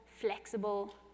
flexible